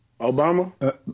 Obama